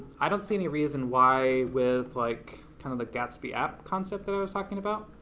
i don't see any reason why with like kind of the gatsby app concept that i was talking about,